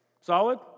Solid